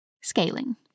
Scaling